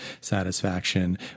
satisfaction